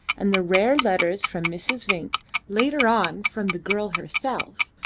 and the rare letters from mrs. vinck, later on from the girl herself,